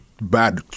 bad